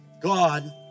God